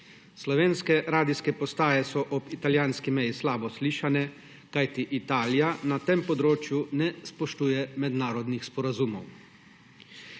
Slovenske radijske postaje so ob italijanski meji slabo slišane, kajti Italija na tem področju ne spoštuje mednarodnih sporazumov.